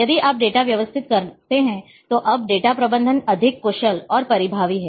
यदि आप डेटा व्यवस्थित करते हैं तो अब डेटा प्रबंधन अधिक कुशल और प्रभावी है